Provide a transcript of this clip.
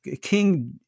King